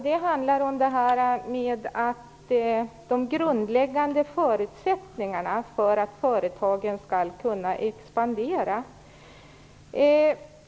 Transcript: Det handlar då om de grundläggande förutsättningarna för att företagen skall kunna expandera.